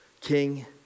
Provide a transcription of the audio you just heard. King